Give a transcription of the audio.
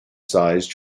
size